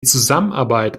zusammenarbeit